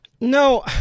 No